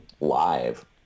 live